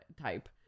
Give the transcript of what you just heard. type